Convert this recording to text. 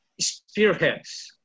spearheads